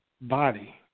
body